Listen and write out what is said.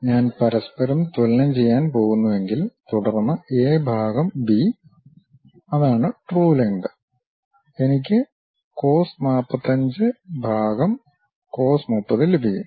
ഞാൻ പരസ്പരം തുലനം ചെയ്യാൻ പോകുന്നുവെങ്കിൽ തുടർന്ന് എ ഭാഗം ബി അതാണ് ട്രു ലെംഗ്ത് എനിക്ക് cos 45 ഭാഗം cos 30 ലഭിക്കും